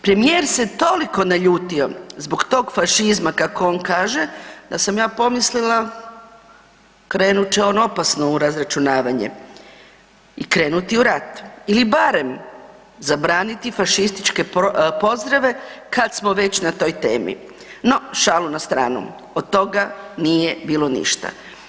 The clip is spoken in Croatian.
Premijer se toliko naljutio zbog tog fašizma kako on kaže, da sam ja pomislila krenut će on opasno u razračunavanje i krenuti u rat ili barem zabraniti fašističke pozdrave kad smo već na toj temi, no šalu na stranu, od toga nije bilo ništa.